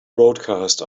broadcast